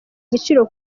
igiciro